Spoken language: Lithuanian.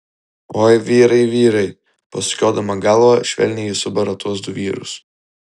oi vyrai vyrai pasukiodama galvą švelniai ji subara tuos du vyrus